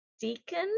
Deacon